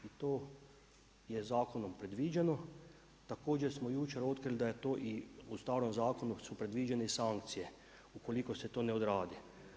I to je zakonom predviđeno, također smo jučer otkrili da je to i u starom zakonu da su predviđene i sankcije ukoliko se to ne odradi.